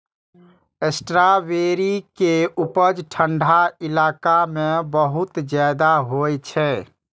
strawberry के उपज ठंढा इलाका मे बहुत ज्यादा होइ छै